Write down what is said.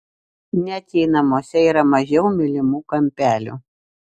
net jei namuose yra mažiau mylimų kampelių